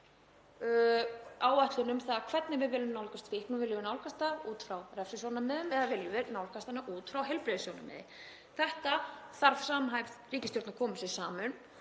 áætlun um það hvernig við viljum nálgast fíkn. Viljum við nálgast hana út frá refsisjónarmiði eða viljum við nálgast hana út frá heilbrigðissjónarmiði? Þetta þarf samhæfð ríkisstjórn að koma sér saman